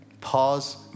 Pause